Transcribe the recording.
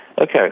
Okay